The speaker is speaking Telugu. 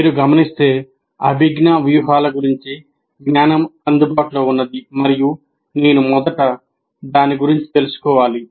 మీరు గమనిస్తే అభిజ్ఞా వ్యూహాల గురించి జ్ఞానం అందుబాటులో ఉన్నది మరియు నేను మొదట దాని గురించి తెలుసుకోవాలి